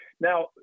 Now